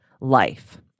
life